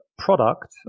product